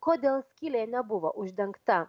kodėl skylė nebuvo uždengta